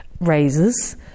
raises